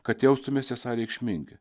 kad jaustumės esą reikšmingi